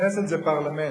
כנסת זה פרלמנט,